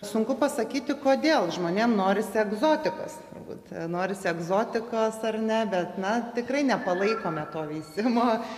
sunku pasakyti kodėl žmonėm norisi egzotikos turbūt norisi egzotikos ar ne bet na tikrai nepalaikome to veisimo